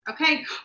okay